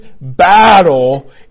battle